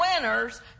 winners